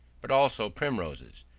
but also primroses,